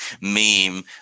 meme